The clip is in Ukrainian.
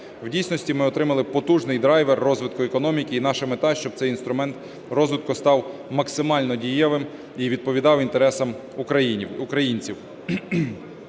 В дійсності ми отримали потужний драйвер розвитку економіки, і наша мета, щоб цей інструмент розвитку став максимально дієвим і відповідав інтересам українців.